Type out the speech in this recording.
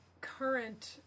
current